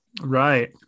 Right